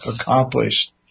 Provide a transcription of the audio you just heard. accomplished